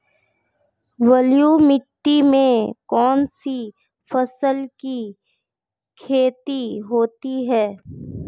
बलुई मिट्टी में कौनसी फसल की खेती होती है?